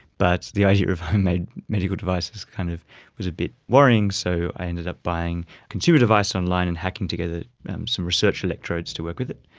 but the idea of home-made medical devices kind of was a bit worrying, so i ended up buying a consumer device online and hacking together some research electrodes to work with it.